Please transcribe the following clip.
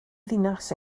ddinas